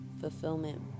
fulfillment